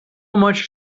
much